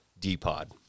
D-Pod